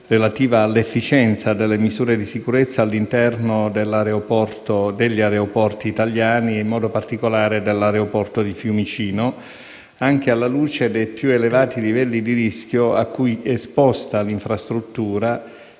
relativa all'efficienza delle misure di sicurezza all'interno degli aeroporti italiani e, in modo particolare, dell'aeroporto di Fiumicino, anche alla luce dei più elevati livelli di rischio a cui è esposta l'infrastruttura